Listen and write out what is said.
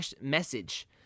message